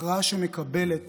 הכרעה שמקבלת